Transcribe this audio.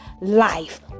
life